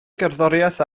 gerddoriaeth